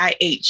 IH